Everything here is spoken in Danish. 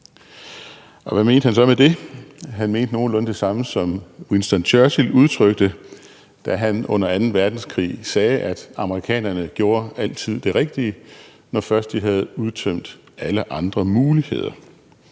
Og hvad mente han så med det? Han mente nogenlunde det samme, som Winston Churchill udtrykte, da han under anden verdenskrig sagde, at amerikanerne gjorde altid det rigtige, når først de havde udtømt alle andre muligheder.